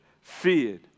feared